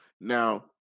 Now